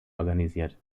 organisiert